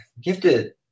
gifted